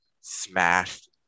smashed